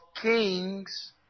kings